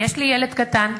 יש לי ילד קטן,